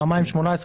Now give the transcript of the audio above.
פעמיים 18,